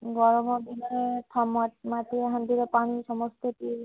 ଗରମ ଦିନରେ ମାଟି ହାଣ୍ଡିର ପାଣି ସମସ୍ତେ ପିଇବେ